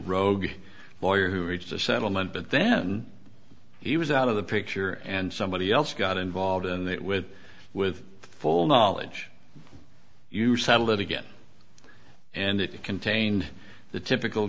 rogue lawyer who reached a settlement but then he was out of the picture and somebody else got involved in that with with full knowledge you settle it again and it contained the typical